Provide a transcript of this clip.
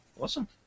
Awesome